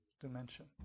dimension